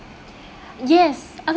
yes other